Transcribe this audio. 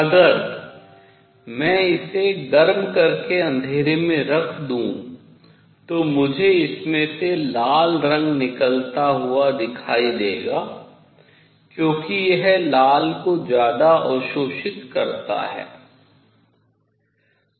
अगर मैं इसे गर्म करके अंधेरे में रख दूं तो मुझे इसमें से लाल रंग निकलता हुआ दिखाई देगा क्योंकि यह लाल को ज्यादा अवशोषित सोखता करता है